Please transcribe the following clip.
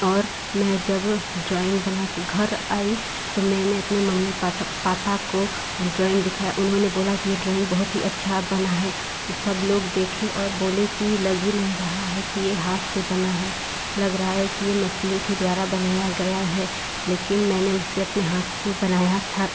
और मैं जब ड्राॅइंग बना के घर आई तो मैंने अपनी मम्मी पापा को ड्राॅइंग दिखाया उन्होंने बोला कि ये ड्राॅइंग बहुत ही अच्छा बना है सब लोग देखे और बोले कि लग ही नहीं रहा है कि ये हाँथ से बना है लग रहा है कि ये मसीन के द्वारा बनाया गया है लेकिन मैंने उसे अपने हाँथ से बनाया था